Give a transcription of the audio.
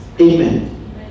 Amen